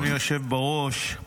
בראש.